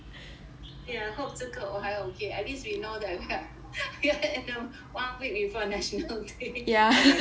okay I hope 这个我还 okay at least we know that we are in the one week before national day the recording